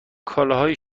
کالاهای